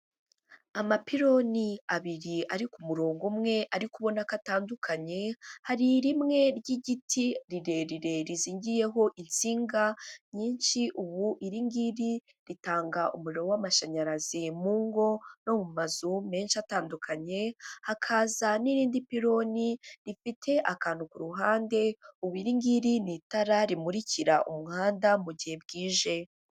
Amapironi abiri ari ku murongo umwe ariko ubona ko atandukanye, hari rimwe ry'igiti rirerire rizingiyeho insinga nyinshi, ubu iringiri ritanga umuriro w'amashanyarazi mu ngo no mu mazu menshi atandukanye, hakaza n'irindi piloni rifite akantu ku ruhande, ubu iri ngiri ni itara rimurikira umuhanda mu gihe bwije.